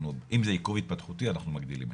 אם זה עיכוב התפתחותי, אנחנו מגדילים.